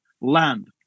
land